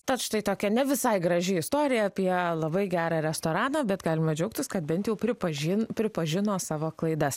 tad štai tokia ne visai graži istorija apie labai gerą restoraną bet galima džiaugtis kad bent jau pripažin pripažino savo klaidas